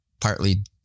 partly